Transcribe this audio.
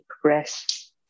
progress